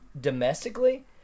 domestically